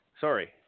Sorry